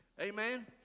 Amen